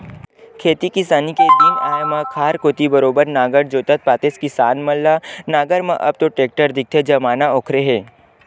खेती किसानी के दिन आय म खार कोती बरोबर नांगर जोतत पातेस किसान मन ल नांगर म अब तो टेक्टर दिखथे जमाना ओखरे हे